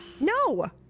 No